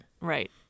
Right